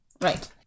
Right